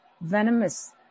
venomous